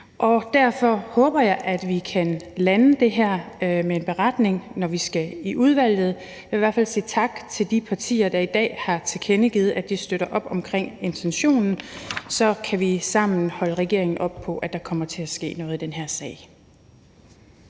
og derfor håber jeg, at vi kan lande det her med en beretning, når vi skal i udvalget. Jeg vil i hvert fald sige tak til de partier, der i dag har tilkendegivet, at de støtter op omkring intentionen, og så kan vi sammen holde regeringen op på, at der kommer til at ske noget i den her sag.